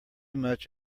much